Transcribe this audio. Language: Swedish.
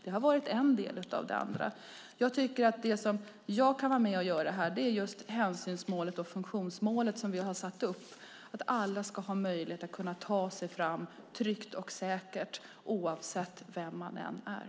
Det har varit en del av det andra. Det som jag kan vara med och göra här gäller det hänsynsmål och det funktionsmål som vi har satt upp om att man ska ha möjlighet att ta sig fram tryggt och säkert oavsett vem man är.